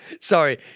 sorry